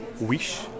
wish